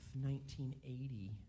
1980